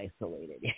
isolated